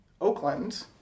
Oakland